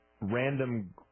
random